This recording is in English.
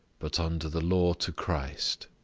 but under the law to christ.